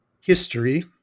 history